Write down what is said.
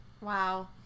Wow